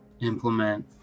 implement